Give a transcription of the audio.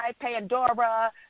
Pandora